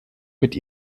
mit